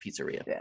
pizzeria